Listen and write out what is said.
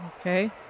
Okay